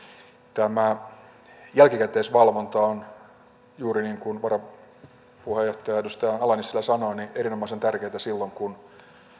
tämä jälkikäteisvalvonta on juuri niin kuin varanpuheenjohtaja edustaja ala nissilä sanoi erinomaisen tärkeätä silloin kun